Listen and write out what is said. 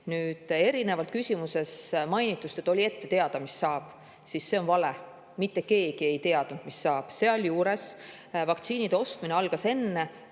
Nüüd, erinevalt küsimuses mainitust, et oli ette teada, mis saab – see on vale, mitte keegi ei teadnud, mis saab. Sealjuures vaktsiinide ostmine algas enne,